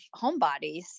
homebodies